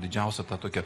didžiausią tą tokią